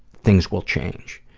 things will change.